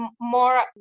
more